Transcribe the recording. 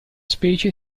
specie